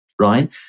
right